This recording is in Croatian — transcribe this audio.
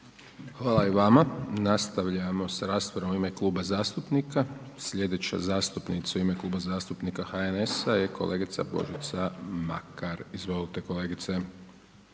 Hvala i vama. Nastavljamo sa raspravom u ime Kluba zastupnika. Sljedeća zastupnica u ime Kluba zastupnika HNS-a je kolegica Božica Makar. Izvolite kolegice.